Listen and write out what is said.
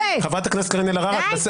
חברת הכנסת קארין אלהרר, אני קורא אותך לסדר.